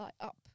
up